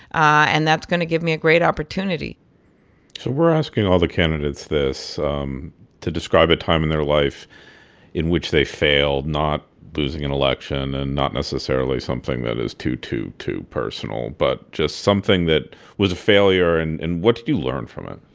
and that's going to give me a great opportunity so we're asking all the candidates this um to describe a time in their life in which they failed, not losing an election and not necessarily something that is too, too, too personal, but just something that was a failure. and what did you learn from it?